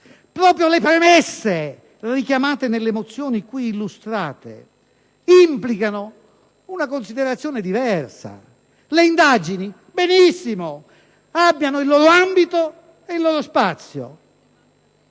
Proprio le premesse richiamate nelle mozioni qui illustrate implicano una considerazione diversa. Le indagini - benissimo - abbiano il loro ambito e il loro spazio,